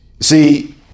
See